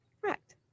Correct